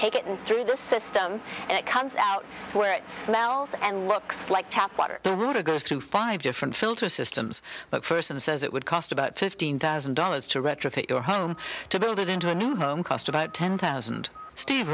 take it through the system and it comes out where it smells and looks like tap water the water goes through five different filter systems but first and says it would cost about fifteen thousand dollars to retrofit your home to build it into a new home cost about ten thousand steve